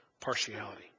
partiality